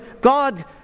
God